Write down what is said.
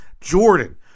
Jordan